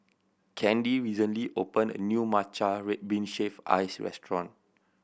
Candi recently opened a new matcha red bean shaved ice restaurant